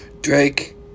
Drake